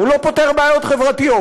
הוא לא פותר בעיות חברתיות.